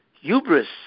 hubris